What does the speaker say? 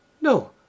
no